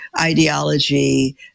ideology